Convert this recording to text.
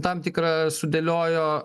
tam tikrą sudėliojo